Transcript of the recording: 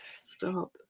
Stop